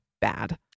bad